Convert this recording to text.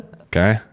Okay